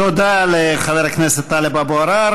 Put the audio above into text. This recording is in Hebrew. תודה לחבר הכנסת טלב אבו עראר.